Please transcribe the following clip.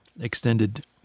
extended